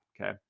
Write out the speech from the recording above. Okay